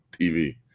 TV